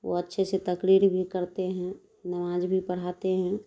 وہ اچھے سے تقریر بھی کرتے ہیں نماز بھی پڑھاتے ہیں